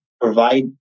provide